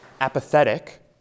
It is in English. apathetic